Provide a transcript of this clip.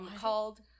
called